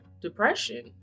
depression